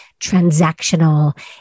transactional